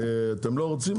אתם לא רוצים?